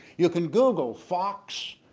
you can google fox,